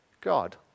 God